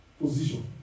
position